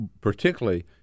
particularly